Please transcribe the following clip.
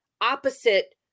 opposite